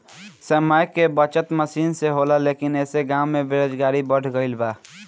समय के बचत मसीन से होला लेकिन ऐसे गाँव में बेरोजगारी बढ़ गइल बा